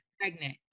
pregnant